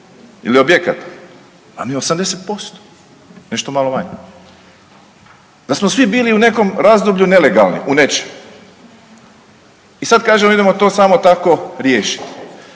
ili objekata a nije 80% nešto malo manje. Da smo svi bili u nekom razdoblju nelegalni u nečem i sad kažemo idemo to samo tako riješit,